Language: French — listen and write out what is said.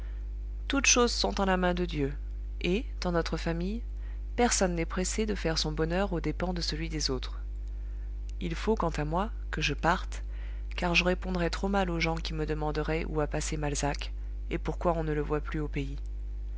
toutes choses sont en la main de dieu et dans notre famille personne n'est pressé de faire son bonheur aux dépens de celui des autres il faut quant à moi que je parte car je répondrais trop mal aux gens qui me demanderaient où a passé malzac et pourquoi on ne le voit plus au pays